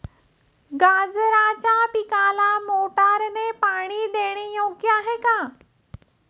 गाजराच्या पिकाला मोटारने पाणी देणे योग्य आहे का?